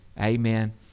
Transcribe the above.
Amen